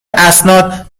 اسناد